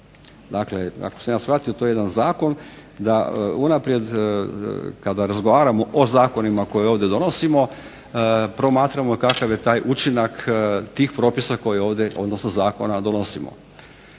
dakle ako sam ja shvatio to je jedan zakon da unaprijed da kada razgovaramo o zakonima koje ovdje donosimo promatramo kakav je taj učinak tih propisa koje ovdje, odnosno zakona donosimo.